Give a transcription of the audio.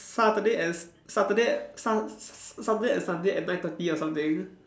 Saturday and s~ Saturday Sun~ s~ s~ Saturday and Sunday at nine thirty or something